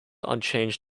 unchanged